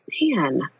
man